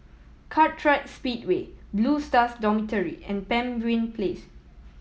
Kartright Speedway Blue Stars Dormitory and Pemimpin Place